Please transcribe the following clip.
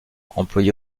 employée